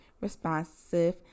responsive